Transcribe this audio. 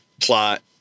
plot